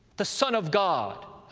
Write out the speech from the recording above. the son of god,